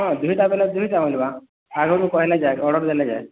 ହଁ ଦୁହିଟା ବୋଲେ ଦୁହିଟା ମିଲ୍ବା ଆଗନୁ କହେଲେ ଯାଇ ଅର୍ଡ଼ର୍ ଦେଲେ ଯାଇ